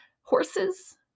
horses